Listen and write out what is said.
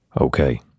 Okay